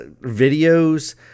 videos